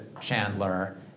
Chandler